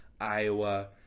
Iowa